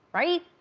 right?